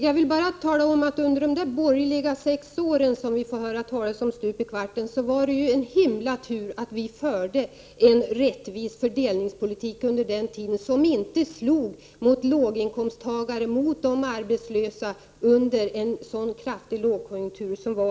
Jag vill bara säga att det var stor tur att vi under de där sex borgerliga åren, som vi får höra talas om stupi kvarten, förde en rättvis fördelningspolitik som inte slog mot låginkomsttagare och mot de arbetslösa under den kraftiga lågkonjunktur som rådde.